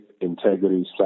integrity